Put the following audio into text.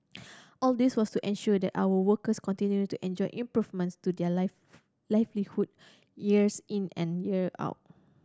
all this was to ensure that our workers continued to enjoy improvements to their life livelihood years in and year out